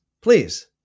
please